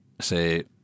say